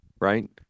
right